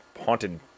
Haunted